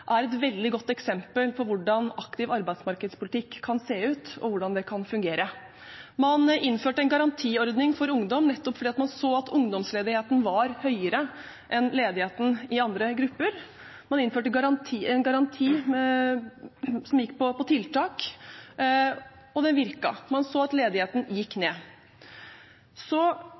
er et veldig godt eksempel på hvordan en aktiv arbeidsmarkedspolitikk kan se ut, og hvordan den kan fungere. Man innførte en garantiordning for ungdom nettopp fordi man så at ungdomsledigheten var høyere enn ledigheten i andre grupper. Man innførte en garanti som gikk på tiltak, og den virket – man så at ledigheten gikk ned. Så